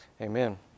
Amen